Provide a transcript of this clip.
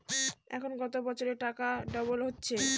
এখন কত বছরে টাকা ডবল হচ্ছে?